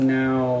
now